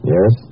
Yes